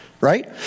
right